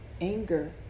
anger